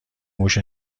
موش